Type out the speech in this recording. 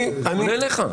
אני פונה אליך.